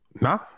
Nah